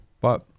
But-